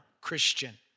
Christian